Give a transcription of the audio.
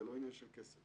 זה לא עניין של כסף,